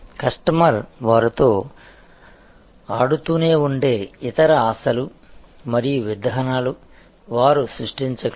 customer వారితో ఆడుతూనే ఉండే ఇతర ఆశలు మరియు విధానాలు వారు సృష్టించగలరు